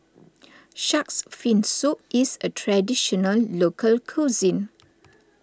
Shark's Fin Soup is a Traditional Local Cuisine